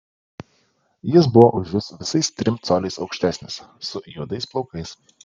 jis buvo už jus visais trim coliais aukštesnis su juodais plaukais